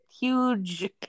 huge